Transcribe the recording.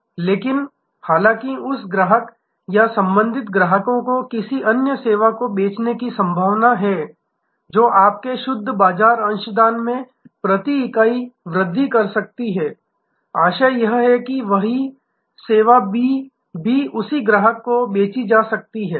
और लेकिन हालाँकि यह उसी ग्राहक या संबंधित ग्राहकों को किसी अन्य सेवा को बेचने की संभावना है जो आपके शुद्ध बाजार अंशदान में प्रति इकाई वृद्धि कर सकती है आशय यह है कि वही सेवा B भी उसी ग्राहक को बेची जा सकती है